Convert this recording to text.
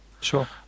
Sure